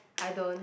I don't